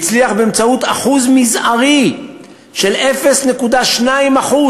והצליח באמצעות שיעור מזערי של 0.2%,